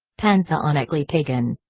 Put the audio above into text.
pantheonically pagan!